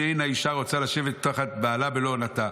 שאין האישה רוצה לשבת תחת בעלה בלא עונתה.